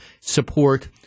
support